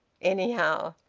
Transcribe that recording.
anyhow.